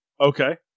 Okay